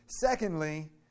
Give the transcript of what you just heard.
Secondly